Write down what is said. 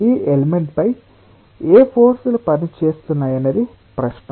ఈ ఎలిమెంట్ పై ఏ ఫోర్స్ లు పనిచేస్తున్నాయనేది ప్రశ్న